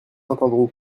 andrew